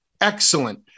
excellent